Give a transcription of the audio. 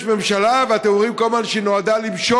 יש ממשלה, ואתם אומרים כל הזמן שהיא נועדה למשול.